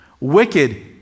wicked